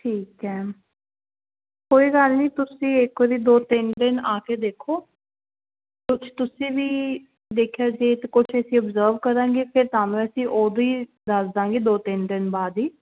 ਠੀਕ ਹੈ ਕੋਈ ਗੱਲ ਨਹੀਂ ਤੁਸੀਂ ਇੱਕ ਵਾਰੀ ਦੋ ਤਿੰਨ ਦਿਨ ਆ ਕੇ ਦੇਖੋ ਕੁਛ ਤੁਸੀਂ ਵੀ ਦੇਖਿਆ ਜੇ ਅਤੇ ਕੁਛ ਅਸੀਂ ਅਬਜਰਵ ਕਰਾਂਗੇ ਫਿਰ ਤੁਹਾਨੂੰ ਅਸੀਂ ਉਦੋਂ ਹੀ ਦੱਸ ਦਾਂਗੇ ਦੋ ਤਿੰਨ ਦਿਨ ਬਾਅਦ ਹੀ